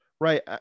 right